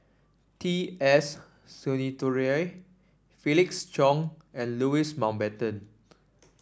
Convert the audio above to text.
T S Sinnathuray Felix Cheong and Louis Mountbatten